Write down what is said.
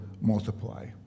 multiply